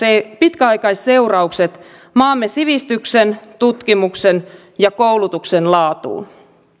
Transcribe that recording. pitkäaikaisseuraukset maamme sivistyksen tutkimuksen ja koulutuksen laatuun